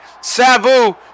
Sabu